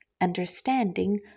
understanding